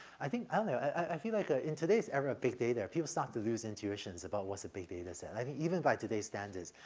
i think i feel like ah in today's era of big data people start to lose intuitions about what's a big data-set. i think even by today's standards,